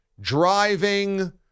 driving